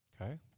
Okay